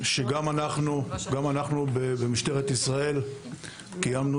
רק אומר שגם אנחנו במשטרת ישראל קיימנו